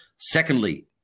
Secondly